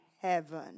heaven